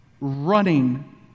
running